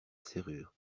serrure